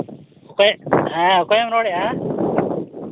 ᱦᱮᱸ ᱚᱠᱚᱭ ᱚᱠᱚᱭᱮᱢ ᱨᱚᱲᱮᱫᱼᱟ